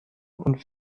und